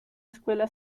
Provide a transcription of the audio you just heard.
escuela